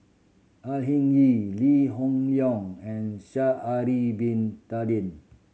Au Hing Yee Lee Hoon Leong and Sha'ari Bin Tadin